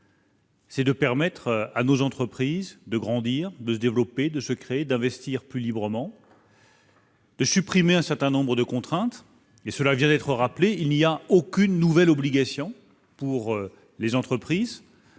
texte : permettre à nos entreprises de grandir, de se développer, de se créer et d'investir plus librement ; supprimer un certain nombre de contraintes. Comme cela vient d'être rappelé, ce texte ne comporte aucune nouvelle obligation pour les entreprises.